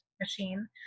machine